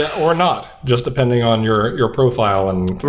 or not. just depending on your your profile and